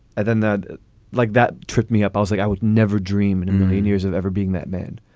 and then that like that tripped me up. i was like, i would never dream in a and million years of ever being that man,